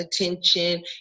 attention